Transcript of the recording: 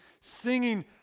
singing